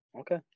Okay